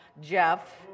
Jeff